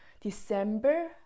December